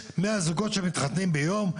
יש מאה זוגות שמתחתנים ביום,